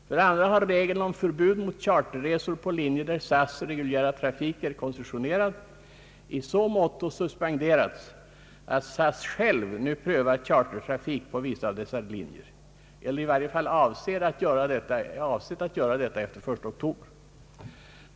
För det andra har regeln om förbud mot charterresor på linjer där SAS:s reguljära trafik är koncessionerad i så måtto suspenderats att SAS självt nu prövar chartertrafik på vissa av dessa linjer eller i varje fall avsett att göra det efter den 1 oktober.